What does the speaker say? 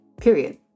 Period